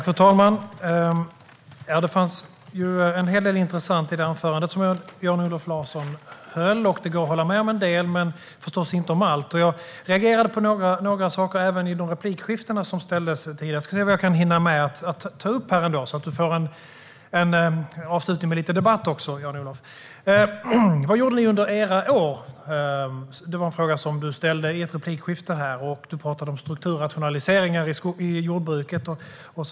Fru talman! Det fanns en hel del intressant i det anförande Jan-Olof Larsson höll. Det går att hålla med om en del men förstås inte om allt. Jag reagerade på några saker även under replikskiftena. Jag ska försöka att hinna med att ta upp det så att du får en avslutning med lite debatt också, Jan-Olof. Du ställde frågan i ett replikskifte: Vad gjorde ni under era år? Du pratade om strukturrationaliseringar i jordbruket.